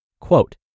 quote